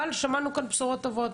אבל שמענו כאן בשורות טובות,